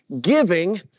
Giving